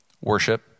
Worship